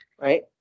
right